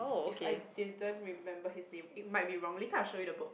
if I didn't remember his name it might be wrong later I show you the book